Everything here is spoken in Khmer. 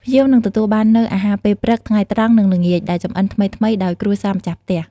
ភ្ញៀវនឹងទទួលបាននូវអាហារពេលព្រឹក ថ្ងៃត្រង់ និងល្ងាចដែលចម្អិនថ្មីៗដោយគ្រួសារម្ចាស់ផ្ទះ។